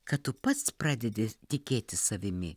kad tu pats pradedi tikėti savimi